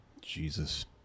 Jesus